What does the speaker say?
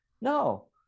No